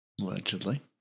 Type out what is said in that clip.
Allegedly